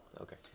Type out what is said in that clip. Okay